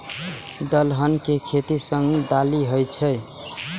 दलहन के खेती सं दालि होइ छै